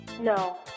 No